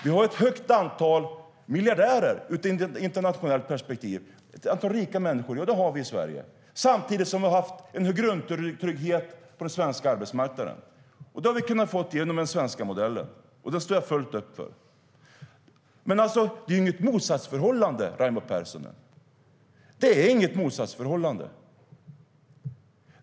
Vi har ett högt antal miljardärer i ett internationellt perspektiv. Vi har rika människor i Sverige samtidigt som vi har haft en grundtrygghet på den svenska arbetsmarknaden. Det har vi fått genom den svenska modellen, och den står jag fullt upp för. Det är inget motsatsförhållande, Raimo Pärssinen.